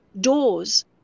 doors